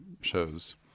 shows